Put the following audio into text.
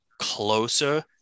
closer